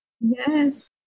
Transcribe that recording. yes